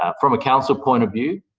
ah from a council point of view,